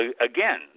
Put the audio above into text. again